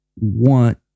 want